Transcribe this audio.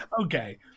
Okay